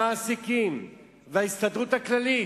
המעסיקים וההסתדרות הכללית.